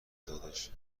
دادش